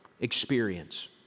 experience